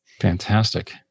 Fantastic